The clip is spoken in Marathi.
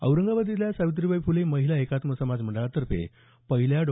औरंगाबाद इथल्या सावित्रीबाई फुले महिला एकात्म समाज मंडळातर्फे पहिल्या डॉ